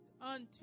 unto